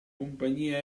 compagnia